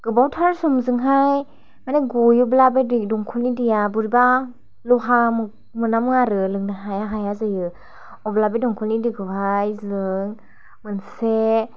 गोबावथार सम जोंहाइ माने गयोब्लाबो दै दमकलनि दैआ बोरैबा लहा मोनामो आरो लोंनो हाया हाया जायो अब्ला बे दमकलनि दै खौहाइ जोङो मोनसे